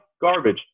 garbage